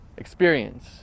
experience